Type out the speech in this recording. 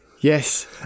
Yes